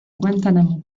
guantánamo